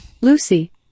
Lucy